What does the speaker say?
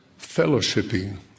fellowshipping